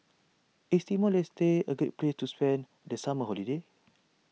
is Timor Leste a great place to spend the summer holiday